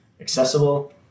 accessible